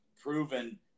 proven